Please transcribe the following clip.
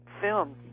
film